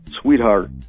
sweetheart